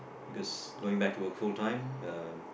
because going back to work full time